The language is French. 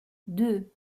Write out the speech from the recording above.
deux